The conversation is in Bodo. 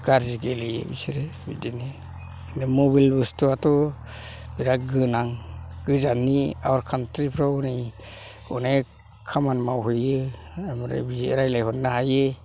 गाज्रि गेलेयो बिसोरो बिदिनो दा मबेल बुस्थुआथ' बिराथ गोनां गोजाननि आउट खान्ट्रि फ्राव नै अनेक खामान मावहैयो ओमफ्राय बियो रायलायहरनो हायो